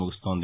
ముగుస్తోంది